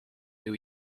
new